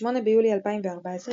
ב-8 ביולי 2014,